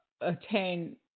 attain